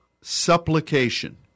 supplication